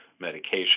medication